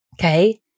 Okay